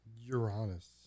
Uranus